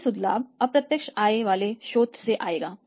यह शुद्ध लाभ अप्रत्यक्ष आय वाले स्रोत से आएगा